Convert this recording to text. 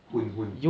hun hun